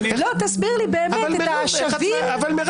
תסביר לי באמת את --- מרב,